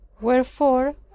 Wherefore